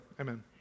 Amen